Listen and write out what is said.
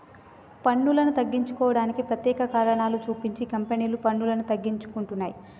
పన్నులను తగ్గించుకోవడానికి ప్రత్యేక కారణాలు సూపించి కంపెనీలు పన్నులను తగ్గించుకుంటున్నయ్